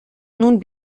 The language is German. nun